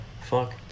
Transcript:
fuck